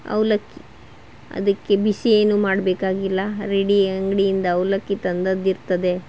ಅವಲಕ್ಕಿ ಅದಕ್ಕೆ ಬಿಸಿ ಏನು ಮಾಡಬೇಕಾಗಿಲ್ಲ ರೆಡಿ ಅಂಗಡಿಯಿಂದ ಅವಲಕ್ಕಿ ತಂದಿದ್ದಿರ್ತದೆ